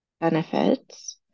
benefits